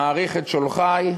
מעריך את שולחי,